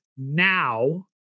Now